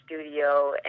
studio